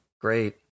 great